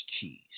cheese